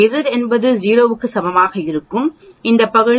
Z என்பது 0 க்கு சமமாக இருக்கும்போது இந்த பகுதி 0